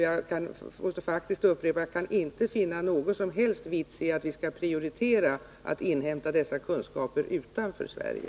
Jag måste faktiskt upprepa att jag inte kan finna att det är någon som helst vits med att prioritera ett inhämtande av dessa kunskaper utanför Sverige.